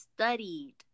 studied